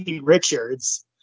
Richards